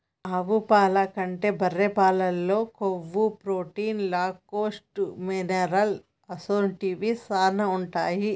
ఆవు పాల కంటే బర్రె పాలల్లో కొవ్వు, ప్రోటీన్, లాక్టోస్, మినరల్ అసొంటివి శానా ఉంటాయి